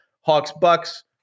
Hawks-Bucks